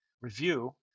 review